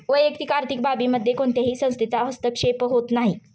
वैयक्तिक आर्थिक बाबींमध्ये कोणत्याही संस्थेचा हस्तक्षेप होत नाही